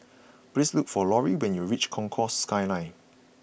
please look for Lauri when you reach Concourse Skyline